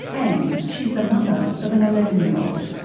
and she's the mother of an eleven year old.